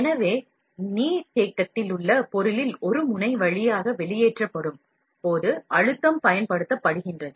எனவே நீர்த்தேக்கத்தில் உள்ள பொருளில் ஒரு முனை வழியாக வெளியேற்றப்படும் போது அழுத்தம் பயன்படுத்தப்படுகிறது